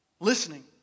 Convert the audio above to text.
Listening